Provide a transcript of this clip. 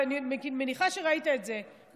אני מניחה שראית את זה,